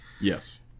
Yes